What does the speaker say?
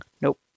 Nope